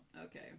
Okay